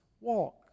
walk